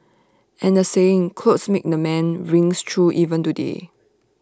and the saying clothes make the man rings true even today